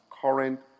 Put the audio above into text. current